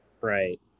Right